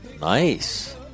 Nice